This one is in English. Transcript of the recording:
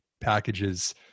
packages